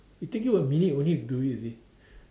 it'll take you a minute only to do it you see